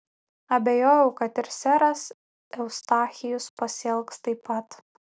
abejojau kad ir seras eustachijus pasielgs taip pat